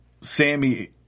Sammy